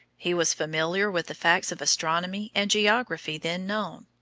he was familiar with the facts of astronomy and geography then known,